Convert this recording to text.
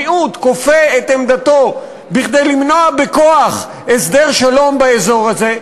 מיעוט כופה את עמדתו כדי למנוע בכוח הסדר שלום באזור הזה?